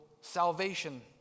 salvation